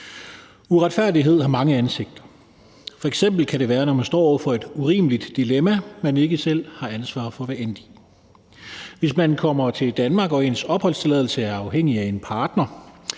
Uretfærdighed har mange ansigter. Det kan f.eks. være, når man står over for et urimeligt dilemma, man ikke selv har ansvar for at være endt i. Hvis man kommer til Danmark og ens opholdstilladelse er afhængig af en partner,